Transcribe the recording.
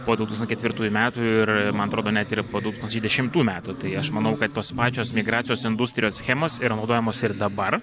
po du tūkstančiai ketvirtųjų metų ir man atrodo net ir po du tūkstančiai dešimtų metų tai aš manau tos pačios migracijos industrijos schemos yra naudojamos ir dabar